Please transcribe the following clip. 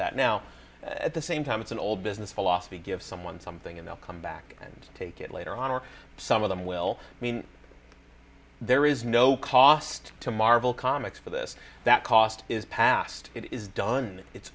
that now at the same time it's an old business philosophy give someone something and they'll come back and take it later on or some of them will mean there is no cost to marvel comics for this that cost is passed it is done it's